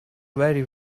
very